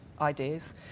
ideas